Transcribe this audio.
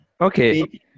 Okay